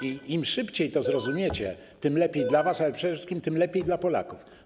Im szybciej to zrozumiecie, tym lepiej dla was, ale przede wszystkim tym lepiej dla Polaków.